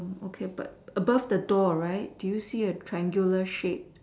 okay but above the door right do you see a triangular shaped